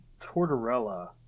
Tortorella